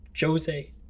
Jose